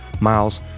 Miles